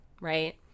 right